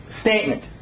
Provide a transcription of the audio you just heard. statement